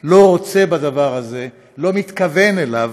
לא רוצה בדבר הזה, לא מתכוון אליו,